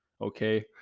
okay